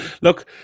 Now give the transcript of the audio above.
look